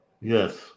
Yes